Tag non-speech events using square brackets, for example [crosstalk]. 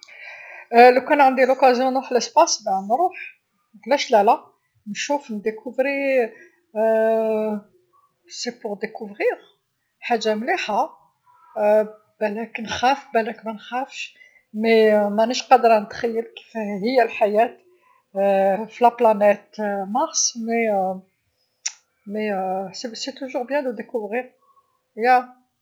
[hesitation] لوكان عندي الفرصه نروح للفضاء، نروح علاش لالا؟ نشوف نكتشف، [hesitation] هي للإكتشاف حاجه مليحه [hesitation] بلاك نخاف بلاك منخافش، لكن مانيش قادرا نتخيل كيفاه هاذي هي الحياة [hesitation] في كوكب المريخ لكن لكن هي دايما مليحه الإكتشاف.